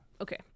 okay